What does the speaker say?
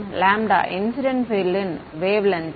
λ incident field ன் wavelength